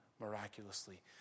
miraculously